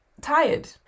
tired